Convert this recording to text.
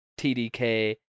TDK